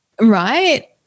Right